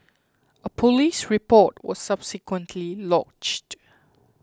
a police report was subsequently lodged